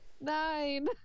Nine